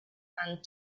and